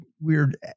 weird